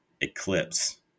Eclipse